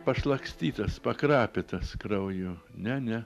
pašlakstytas pakrapytas krauju ne ne